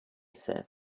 said